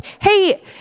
hey